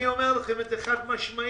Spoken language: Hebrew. אני אומר לכם את זה חד משמעית.